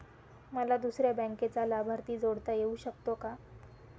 मला दुसऱ्या बँकेचा लाभार्थी जोडता येऊ शकतो का?